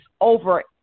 over